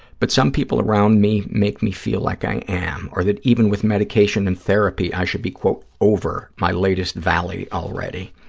but some people around me make me feel like i am or that even with medication and therapy i should be, quote, over my latest valley already.